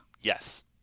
Yes